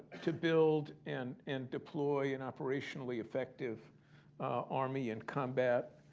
to build and and deploy an operationally effective army and combat,